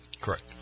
Correct